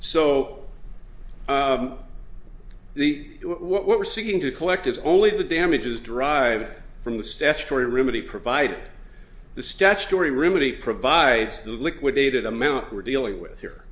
the what we're seeking to collect is only the damages derive from the statutory realty provide the statutory remedy provides the liquidated amount we're dealing with here